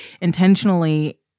intentionally